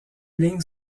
lignes